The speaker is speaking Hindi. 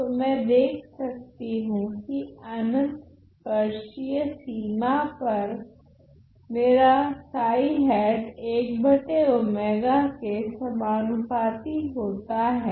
तो मैं देख सकती हूँ की अन्तस्पर्शीय सीमा पर मेरा के समानुपाती होता हैं